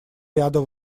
ряда